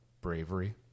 bravery